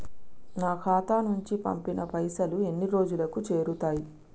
నా ఖాతా నుంచి పంపిన పైసలు ఎన్ని రోజులకు చేరుతయ్?